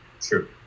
true